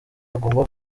agomba